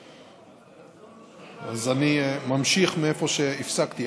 אז אני ממשיך מאיפה שהפסקתי.